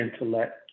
intellect